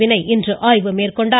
வினய் இன்று ஆய்வு மேற்கொண்டார்